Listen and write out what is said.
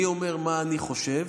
אני אומר מה אני חושב,